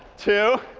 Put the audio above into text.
two